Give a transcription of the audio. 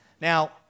Now